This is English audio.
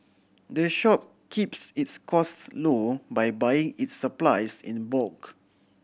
the shop keeps its costs low by buying its supplies in bulk